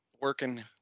working